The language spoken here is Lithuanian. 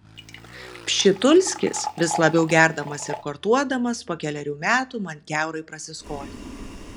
pšitulskis vis labiau gerdamas ir kortuodamas po kelerių metų man kiaurai prasiskolino